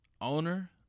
owner